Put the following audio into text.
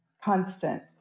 constant